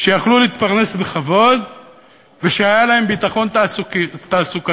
שיכלו להתפרנס בכבוד ושהיה להם ביטחון תעסוקתי.